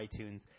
iTunes